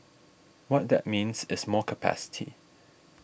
what that means is more capacity